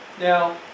Now